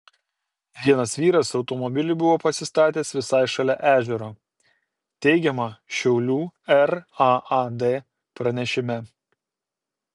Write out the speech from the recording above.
vienas vyras automobilį buvo pasistatęs visai šalia ežero teigiama šiaulių raad pranešime